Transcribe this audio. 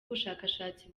ubushakashatsi